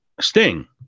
Sting